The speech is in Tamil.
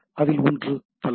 அதில் ஒன்று தலைப்பு